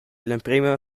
l’emprema